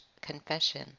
confession